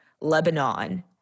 Lebanon